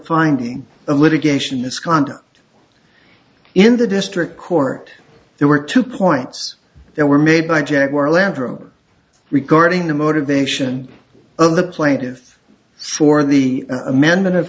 finding the litigation misconduct in the district court there were two points that were made by jaguar land rover regarding the motivation of the plaintive for the amendment of